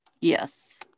yes